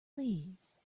please